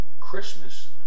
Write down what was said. Christmas